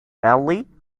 rarely